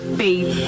faith